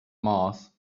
mars